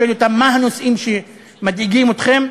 שואל אותם: מה הנושאים שמדאיגים אתכם?